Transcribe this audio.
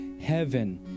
heaven